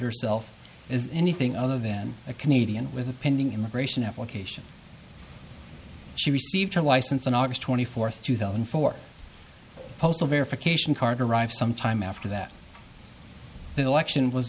herself as anything other than a canadian with a pending immigration application she received her license on august twenty fourth two thousand and four postal verification card arrive sometime after that the election was